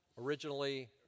originally